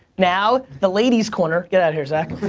now the ladies corner. get outta here, zach.